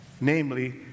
Namely